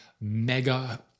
mega